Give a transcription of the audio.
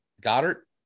Goddard